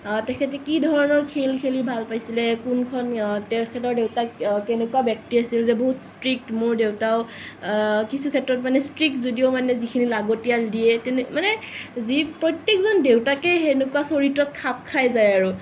তেখেতে কি ধৰণৰ খেল খেলি ভাল পাইছিলে কোনখ্ন তেখেত দেউতাক কেনেকুৱা ব্যক্তি আছিল যে খুব ষ্ট্ৰিক্ট মোৰ দেউতা কিছুক্ষেত্ৰত খুব ষ্ট্ৰিক্ট যদিও মানে যিখিনি লাগতীয়াল দিয়ে মানে প্ৰত্যেকজন দেউতাকেই সেনেকুৱা চৰিত্ৰত খাপ খাই যায় আৰু